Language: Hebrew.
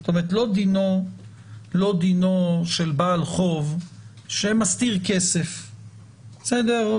זאת אומרת, לא דינו של בעל חוב שמסתיר כסף, בסדר?